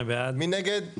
הצבעה בעד,